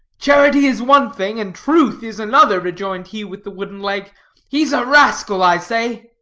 charity is one thing, and truth is another, rejoined he with the wooden leg he's a rascal, i say.